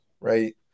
right